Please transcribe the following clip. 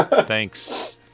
thanks